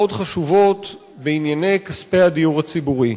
חשובות בענייני כספי הדיור הציבורי.